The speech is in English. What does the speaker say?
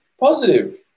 positive